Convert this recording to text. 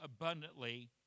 abundantly